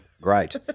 great